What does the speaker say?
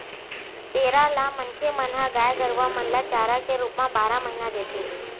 पेरा ल मनखे मन ह गाय गरुवा मन ल चारा के रुप म बारह महिना देथे